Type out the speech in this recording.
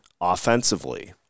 offensively